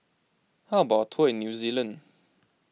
how about a tour in New Zealand